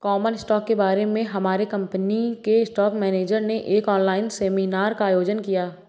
common stock के बारे में हमारे कंपनी के स्टॉक मेनेजर ने एक ऑनलाइन सेमीनार का आयोजन किया